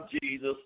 Jesus